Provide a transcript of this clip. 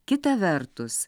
kita vertus